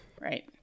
Right